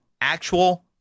actual